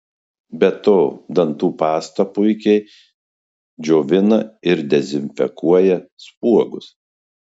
be to dantų pasta puikiai džiovina ir dezinfekuoja spuogus